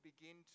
begin